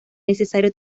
necesario